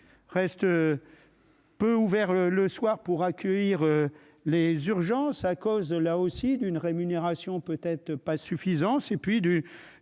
reste. Peu ouvert le soir pour accueillir les urgences à cause là aussi d'une rémunération peut-être pas suffisant,